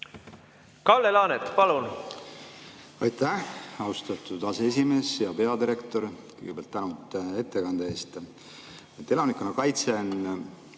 Kalle Laanet, palun! Aitäh, austatud aseesimees! Hea peadirektor! Kõigepealt tänud ettekande eest! Elanikkonnakaitse on